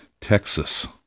Texas